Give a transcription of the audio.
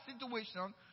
situation